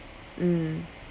mm